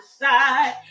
Side